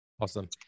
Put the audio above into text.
Awesome